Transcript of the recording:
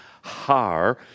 Har